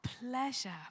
pleasure